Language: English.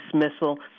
dismissal